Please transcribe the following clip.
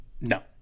No